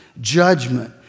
judgment